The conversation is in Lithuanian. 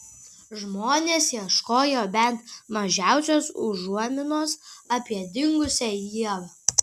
žmonės ieškojo bent mažiausios užuominos apie dingusią ievą